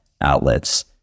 outlets